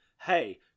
Hey